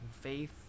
faith